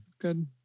good